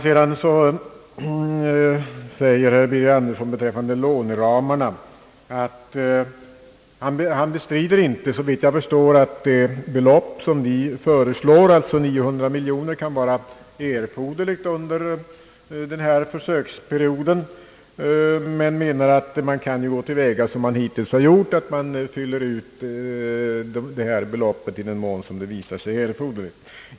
Sedan säger herr Birger Andersson beträffande låneramarna, såvitt jag förstår, att han inte bestrider att det belopp som vi föreslår — alltså 900 miljoner kronor — kan vara erforderligt under den här försöksperioden, men han menar att man kan gå till väga som man hittills har gjort och fylla ut beloppet i den mån som det visar sig erforderligt.